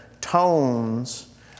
tones